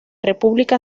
república